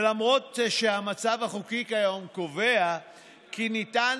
ולמרות שהמצב החוקי כיום קובע כי ניתן